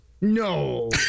No